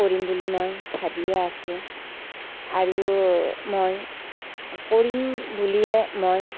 কৰিম বুলি মই ভাবিয়ে আছোঁ আৰু মই কৰিম বুলিয়ে মই